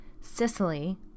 Sicily